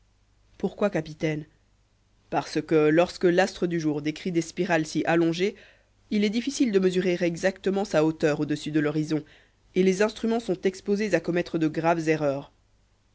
pourquoi capitaine parce que lorsque l'astre du jour décrit des spirales si allongées il est difficile de mesurer exactement sa hauteur au-dessus de l'horizon et les instruments sont exposés à commettre de graves erreurs